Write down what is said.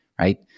Right